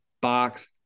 Box